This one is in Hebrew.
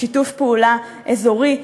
בשיתוף פעולה אזורי ובין-לאומי.